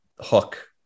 hook